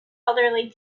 elderly